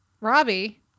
Robbie